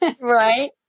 Right